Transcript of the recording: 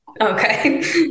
Okay